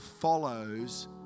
follows